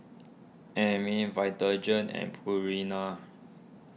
Vitagen and Purina